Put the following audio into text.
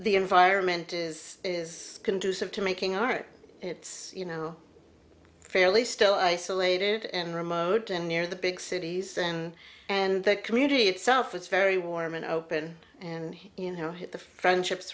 the environment is is conducive to making art it's you know fairly still isolated and remote and near the big cities and and that community itself is very warm and open and you know that the friendships